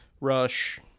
rush